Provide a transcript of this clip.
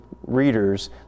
readers